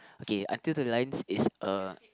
okay Until the Lions is a